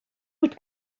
would